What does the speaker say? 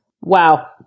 Wow